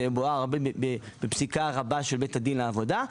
וזה בוער בפסיקה רבה של בית הדין לעבודה.